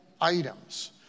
items